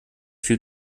viel